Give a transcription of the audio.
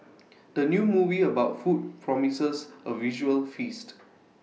the new movie about food promises A visual feast